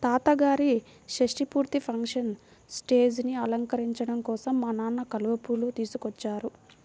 తాతగారి షష్టి పూర్తి ఫంక్షన్ స్టేజీని అలంకరించడం కోసం మా నాన్న కలువ పూలు తీసుకొచ్చారు